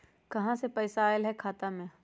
कहीं से पैसा आएल हैं खाता में?